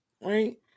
right